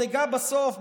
ועוד אגע בסוף,